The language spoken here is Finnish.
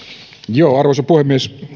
ajankäytön arvoisa puhemies